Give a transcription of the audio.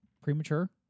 premature